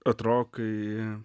atrodo kai